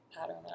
pattern